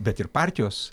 bet ir partijos